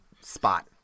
spot